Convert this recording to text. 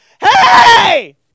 hey